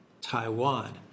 Taiwan